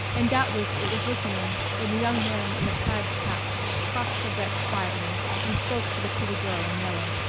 and doubtless it was listening when the young man in the plaid cap crossed the deck quickly and spoke to the pretty girl in yellow.